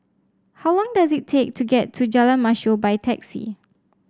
how long does it take to get to Jalan Mashor by taxi